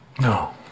No